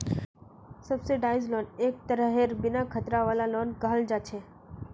subsidised loan एक तरहेर बिन खतरा वाला लोन कहल जा छे